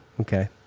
Okay